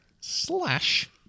slash